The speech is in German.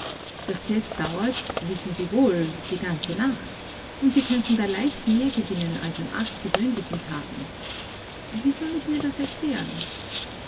das fest dauert wissen sie wohl die ganze nacht und sie könnten da leicht mehr gewinnen als an acht gewöhnlichen tagen wie soll ich mir das erklären